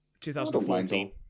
2014